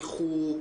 ריחוק,